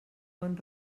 bon